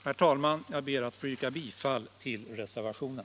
Herr talman! Jag ber att få yrka bifall till reservationen.